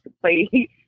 play